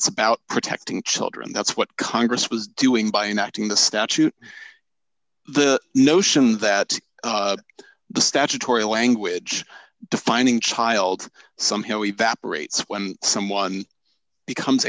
it's about protecting children that's what congress was doing by enacting the statute the notion that the statutory language defining child somehow evaporates when someone becomes